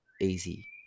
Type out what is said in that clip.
easy